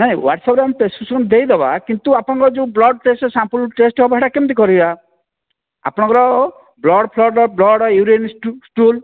ନାଇ ହ୍ଵାଟସପରେ ଆମେ ପ୍ରେସ୍କ୍ରିପସନ୍ ଦେଇଦବା କିନ୍ତୁ ଆପଣଙ୍କର ଯେଉଁ ବ୍ଲଡ଼ ଟେଷ୍ଟ ସାମ୍ପଲ ଟେଷ୍ଟ ହେବ ସେଇଟା କେମିତି କରିବା ଆପଣଙ୍କର ବ୍ଲଡ଼ଫ୍ଲଡ ବ୍ଲଡ଼ ୟୁରିନ୍ ଷ୍ଟୁଲ୍